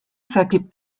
vergibt